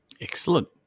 Excellent